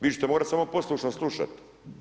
Vi ćete morati samo poslušno slušati.